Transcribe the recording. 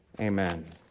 amen